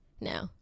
No